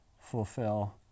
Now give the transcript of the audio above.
fulfill